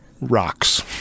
rocks